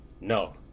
no